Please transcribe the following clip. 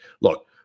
look